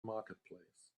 marketplace